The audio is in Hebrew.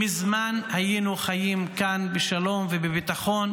מזמן היינו חיים כאן בשלום ובביטחון,